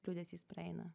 liūdesys praeina